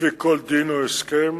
לפי כל דין או הסכם,